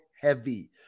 heavy